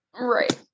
Right